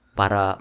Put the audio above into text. para